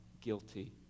guilty